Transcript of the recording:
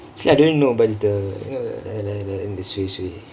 actually I don't even know it's the like that like that then sway sway